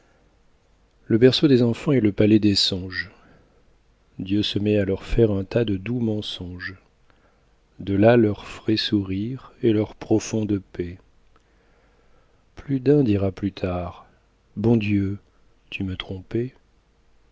le berceau des enfants est le palais des songes dieu se met à leur faire un tas de doux mensonges de là leur frais sourire et leur profonde paix plus d'un dira plus tard bon dieu tu me trompais